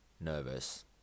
nervous